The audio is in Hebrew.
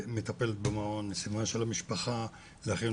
משפחות עניות,